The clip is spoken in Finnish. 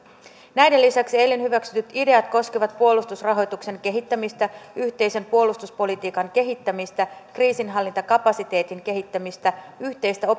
näiden lisäksi eilen hyväksytyt ideat koskevat puolustusrahoituksen kehittämistä yhteisen puolustuspolitiikan kehittämistä kriisinhallintakapasiteetin kehittämistä yhteistä